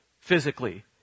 Physically